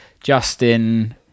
Justin